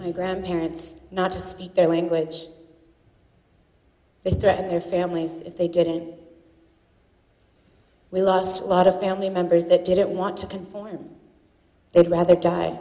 my grandparents not to speak their language they threatened their families if they didn't we lost a lot of family members that didn't want to come and they'd rather die